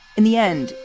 in the end,